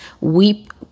weep